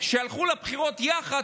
שהלכו לבחירות יחד,